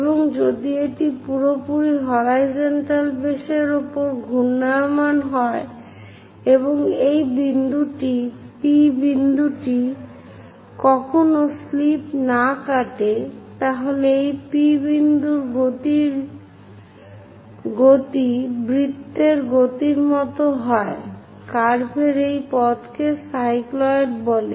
এবং যদি এটি পুরোপুরি হরাইজন্টাল বেস এর উপর ঘূর্ণায়মান হয় এবং এই P বিন্দুটি কখনও স্লিপ না কাটে তাহলে এই P বিন্দুর গতি বৃত্তের গতির মত হয় কার্ভের এই পথকে সাইক্লয়েড বলে